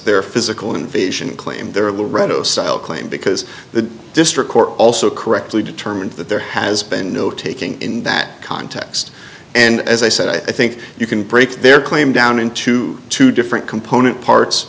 their physical invasion claim there of the red of style claim because the district court also correctly determined that there has been no taking in that context and as i said i think you can break their claim down into two different component parts